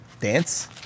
Dance